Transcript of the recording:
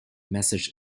message